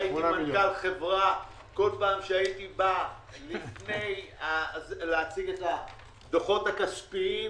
הייתי מנכ"ל חברה וכל פעם שהייתי בא להציג את הדוחות הכספיים